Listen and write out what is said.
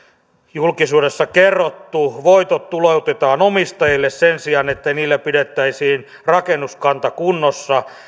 julkisuudessa kerrottu voitot tuloutetaan omistajille sen sijaan että niillä pidettäisiin rakennuskanta kunnossa